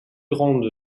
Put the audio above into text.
grande